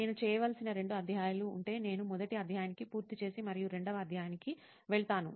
నేను చేయవలసిన రెండు అధ్యాయాలు ఉంటే నేను మొదటి అధ్యాయానికి పూర్తి చేసి మరియు రెండవ అధ్యాయానికి వెళ్తాను